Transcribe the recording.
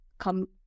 come